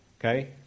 okay